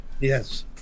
Yes